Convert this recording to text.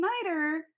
snyder